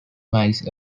miles